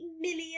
million